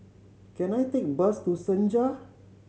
can I take bus to Senja